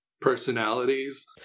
personalities